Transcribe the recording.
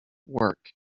work